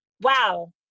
wow